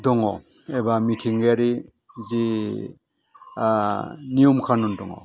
दङ एबा मिथिंगायारि जि नियम खानुन दङ